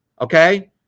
Okay